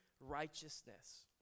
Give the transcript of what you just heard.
righteousness